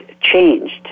changed